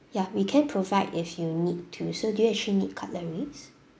ya we can provide if you need to so do you actually need cutleries